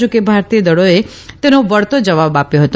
જા કે ભારતીય દળોએ તેનો વળતો જવાબ આપ્યો હતો